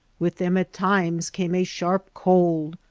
with them at times came a sharp cold,